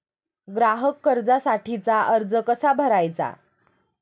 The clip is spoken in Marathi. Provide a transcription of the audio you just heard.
ग्राहक कर्जासाठीचा अर्ज कसा भरायचा?